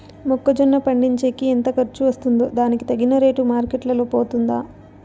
మొక్క జొన్న పండించేకి ఎంత ఖర్చు వస్తుందో దానికి తగిన రేటు మార్కెట్ లో పోతుందా?